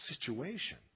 situation